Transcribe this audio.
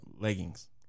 leggings